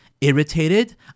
irritated